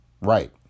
Right